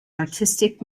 artistic